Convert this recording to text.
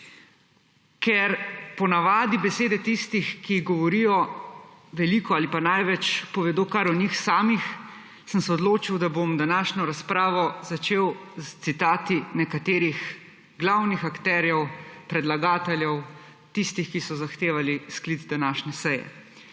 Ker ponavadi besede tistih, ki govorijo veliko ali pa največ povedo kar o njih samih, sem se odločil, da bom današnjo razpravo začel s citati nekaterih glavnih akterjev, predlagateljev, tistih, ki so zahtevali sklic današnje seje.